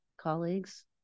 colleagues